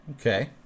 Okay